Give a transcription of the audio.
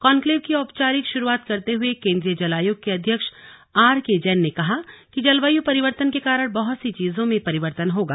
conclave की औपचारिक शुरूआत करते हुए केंद्रीय जल आयोग के अध्यक्ष आरके जैन ने कहा कि जलवायु परिवर्तन के कारण बहत सी चीजों में परिवर्तन होगा